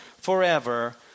forever